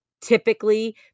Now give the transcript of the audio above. typically